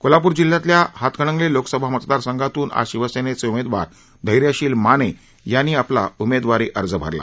कोल्हापूर जिल्ह्यातल्या हातकणंगले लोकसभा मतदारसंघातून आज शिवसेनेचे उमेदवार धैर्यशील माने यांनी आपला उमेदवारी अर्ज भरला